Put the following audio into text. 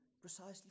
precisely